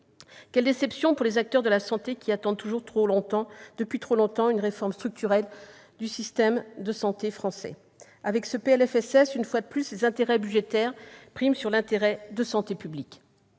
Quelle déception pour les acteurs de la santé, qui attendent depuis trop longtemps une réforme structurelle du système de santé français ! Avec ce PLFSS, une fois de plus, les intérêts budgétaires priment l'intérêt de santé publique.